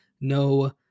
no